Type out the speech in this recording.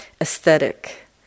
aesthetic